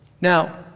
Now